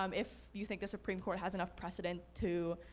um if you think the supreme court has enough precedent to,